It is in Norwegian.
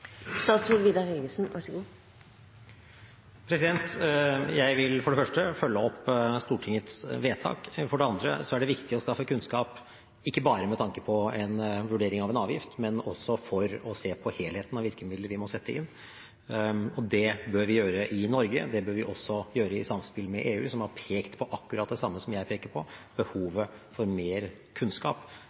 Jeg vil for det første følge opp Stortingets vedtak. For det andre er det viktig å skaffe kunnskap ikke bare med tanke på en vurdering av en avgift, men også for å se på helheten av virkemidler vi må sette inn. Det bør vi gjøre i Norge, og det bør vi også gjøre i samspill med EU, som har pekt på akkurat det samme som jeg peker på: behovet for mer kunnskap